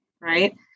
Right